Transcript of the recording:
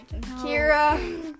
Kira